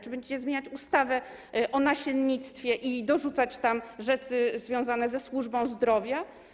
Czy będziecie zmieniać ustawę o nasiennictwie i dorzucać tam rzeczy związane ze służbą zdrowia?